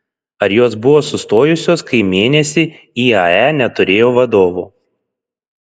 ar jos buvo sustojusios kai mėnesį iae neturėjo vadovo